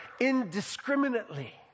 indiscriminately